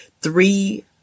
three